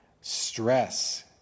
stress